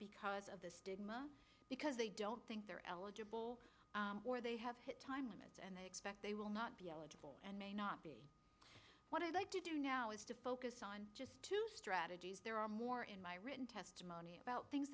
because of the stigma because they don't think they're eligible or they have time limits and they expect they will not be eligible and may not be what i'd like to do now is to focus on just two strategies there are more in my written testimony about things